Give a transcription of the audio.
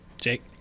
Jake